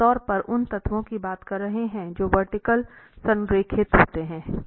हम आमतौर पर उन तत्वों की बात कर रहे है जो वर्टीकल संरेखित होते हैं